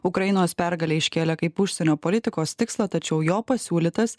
ukrainos pergalę iškėlė kaip užsienio politikos tikslą tačiau jo pasiūlytas